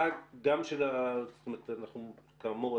כאמור,